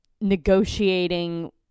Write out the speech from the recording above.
negotiating